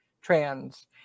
trans